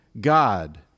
God